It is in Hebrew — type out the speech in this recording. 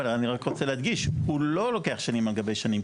אבל אני רק רוצה להדגיש הוא לא לוקח שנים על גבי שנים,